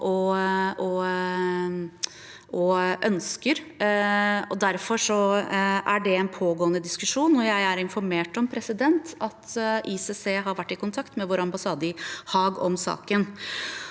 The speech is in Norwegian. og ønsker, og derfor er det en pågående diskusjon. Jeg er informert om at ICC har vært i kontakt med vår ambassade i Haag om saken.